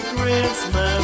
Christmas